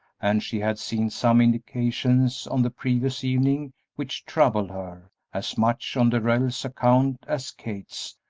and she had seen some indications on the previous evening which troubled her, as much on darrell's account as kate's,